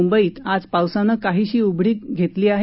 मुंबईत आज पावसानं काहीशी उघडीप घेतली आहे